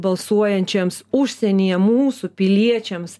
balsuojančiems užsienyje mūsų piliečiams